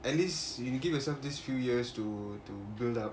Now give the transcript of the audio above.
at least when you give yourself these few years to to build up